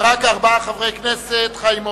רק ארבעה חברי כנסת: חיים אורון,